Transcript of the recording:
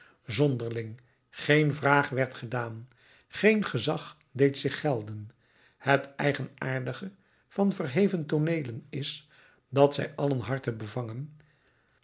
zonderling geen vraag werd gedaan geen gezag deed zich gelden het eigenaardige van verheven tooneelen is dat zij alle harten bevangen